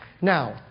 Now